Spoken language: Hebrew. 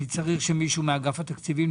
בבקשה, המנכ"ל.